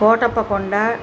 Kotappakonda